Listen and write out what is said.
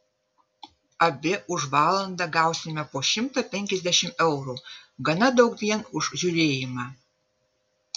abi už valandą gausime po šimtą penkiasdešimt eurų gana daug vien už žiūrėjimą